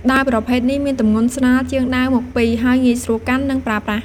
ដាវប្រភេទនេះមានទម្ងន់ស្រាលជាងដាវមុខពីរ ហើយងាយស្រួលកាន់ និងប្រើប្រាស់។